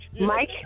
Mike